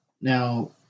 Now